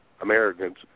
Americans